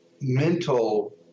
mental